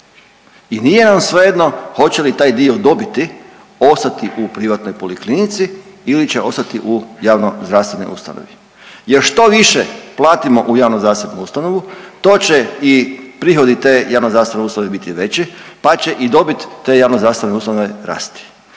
I nije nam svejedno hoće li taj dobiti ostati u privatnoj poliklinici ili će ostati u javnozdravstvenoj ustanovi. Jer što više platimo u javnozdravstvenu ustanovu to će i prihodi te javnozdravstvene ustanove biti veći pa će i dobit te javnozdravstvene ustanove rasti